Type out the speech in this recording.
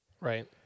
Right